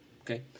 okay